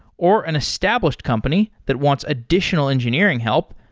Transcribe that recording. or an established company that wants additional engineering help,